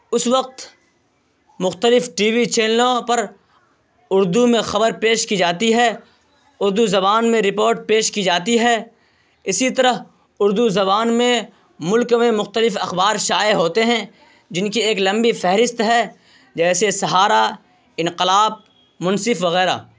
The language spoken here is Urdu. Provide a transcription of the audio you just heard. اس وقت مختلف ٹی وی چینلوں پر اردو میں خبر پیش کی جاتی ہے اردو زبان میں رپوٹ پیش کی جاتی ہے اسی طرح اردو زبان میں ملک میں مختلف اخبار شائع ہوتے ہیں جن کی ایک لمبی فہرست ہے جیسے سہارا انقلاب منصف وغیرہ